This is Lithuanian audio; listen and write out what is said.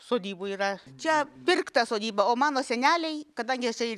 sodybų yra čia pirkta sodyba o mano seneliai kadangi aš čia irgi